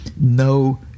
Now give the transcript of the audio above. no